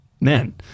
men